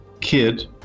kid